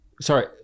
Sorry